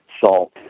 salt